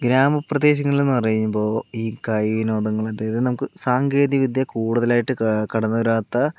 ഗ്രാമപ്രദേശങ്ങളിൽ എന്ന് പറയുമ്പോൾ ഈ കൈയിൽ ഒതുങ്ങണത് നമുക്ക് സാങ്കേതികവിദ്യ കൂടുതലായിട്ട് കടന്നു വരാത്ത